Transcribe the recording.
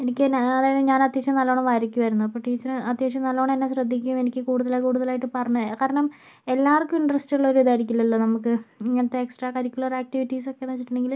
എനിക്ക് തന്നെ ഞാൻ അത്യാവശ്യം നല്ലോണം വരക്കുവായിരുന്നു അപ്പോൾ ടീച്ചർ അത്യാവശ്യം നല്ലോണം എന്നെ ശ്രദ്ധിക്കും എനിക്ക് കൂടുതൽ കൂടുതലായിട്ട് പറഞ്ഞുതരും കാരണം എല്ലാവർക്കും ഇൻ്ററെസ്റ്റ് ഉള്ളൊരു ഇതായിരിക്കില്ലല്ലോ നമുക്ക് ഇങ്ങനത്തെ എക്സ്ട്രാ കറിക്കുലറാക്ടിവിറ്റിസ് ഒക്കെ എന്നു വെച്ചിട്ടുണ്ടെങ്കില്